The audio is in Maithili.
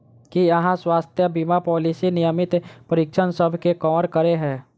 की अहाँ केँ स्वास्थ्य बीमा पॉलिसी नियमित परीक्षणसभ केँ कवर करे है?